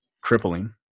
crippling